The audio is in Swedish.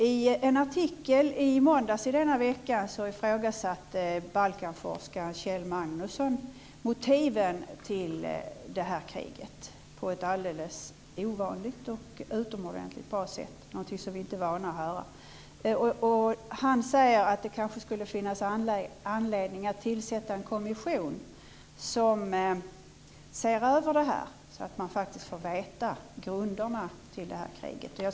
I en artikel i måndags denna vecka ifrågasatte Balkanforskaren Kjell Magnusson motiven till det här kriget på ett alldeles ovanligt och utomordentligt bra sätt, i ordalag som vi inte är vana vid. Han säger att det kanske skulle finnas anledning att tillsätta en kommission som skulle gå igenom frågan, så att man får veta hur grunderna till det här kriget ser ut.